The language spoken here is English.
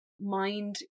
mind